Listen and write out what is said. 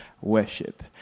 Worship